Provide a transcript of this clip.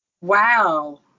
wow